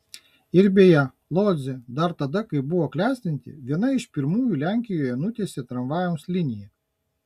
ir beje lodzė dar tada kai buvo klestinti viena iš pirmųjų lenkijoje nutiesė tramvajaus liniją